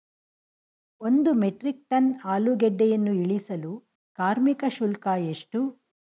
ಒಂದು metric ton ಆಲೂಗೆಡ್ಡೆಯನ್ನು ಇಳಿಸಲು ಕಾರ್ಮಿಕ ಶುಲ್ಕ ಎಷ್ಟು?